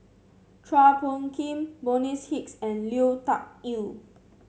Chua Phung Kim Bonny's Hicks and Lui Tuck Yew